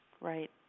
Right